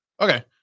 Okay